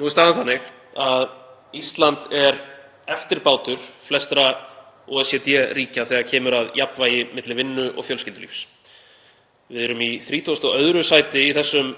Nú er staðan þannig að Ísland er eftirbátur flestra OECD-ríkja þegar kemur að jafnvægi milli vinnu og fjölskyldulífs. Við erum í 32. sæti í þessum